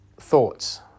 thoughts